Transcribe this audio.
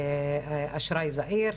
אשראי זעיר,